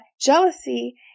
jealousy